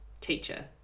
teacher